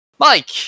Mike